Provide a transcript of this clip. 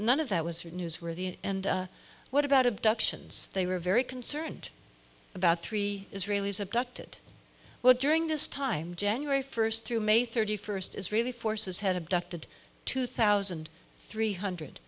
of that was or newsworthy and what about abductions they were very concerned about three israelis abducted well during this time january first through may thirty first israeli forces had abducted two thousand three hundred